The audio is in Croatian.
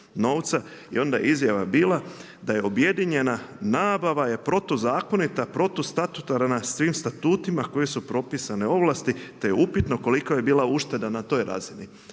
I onda je izjava bila da je objedinjena nabava je protuzakonita, protustatutarna svim statutima kojima su propisane ovlasti, te je upitno kolika je bila ušteda na toj razini.